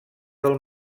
del